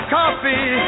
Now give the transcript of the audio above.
coffee